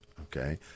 Okay